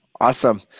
Awesome